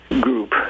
group